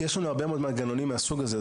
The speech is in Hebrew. יש לנו הרבה מאוד מנגנונים מהסוג הזה.